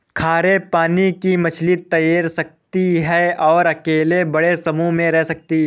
खारे पानी की मछली तैर सकती है और अकेले बड़े समूह में रह सकती है